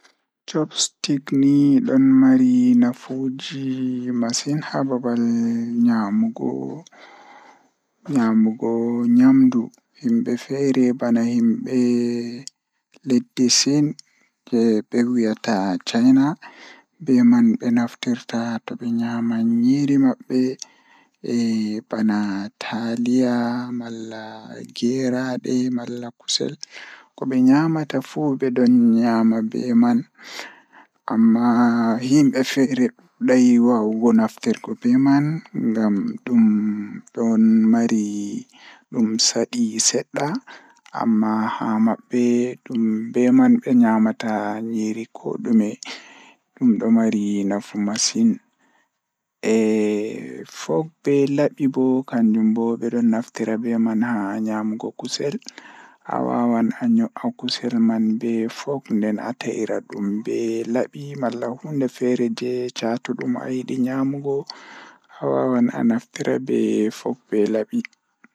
Chopstick ɗiɗi waawataa njiiɗi baafal laawol, eɓe njaltina laawol ngam hokkude safnaa, eɓe waawataa hokka haala e ngelɗi ɓe jeyɗi hokkude. Forks e knives ɗiɗi waawataa fota e kaawde baafal, eɓe waawataa njiytaade laawol ngam wujjude ɓe hokkude, ko ndiyam laawol ngam fota yiyanɗe.